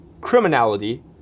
criminality